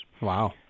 Wow